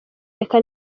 reka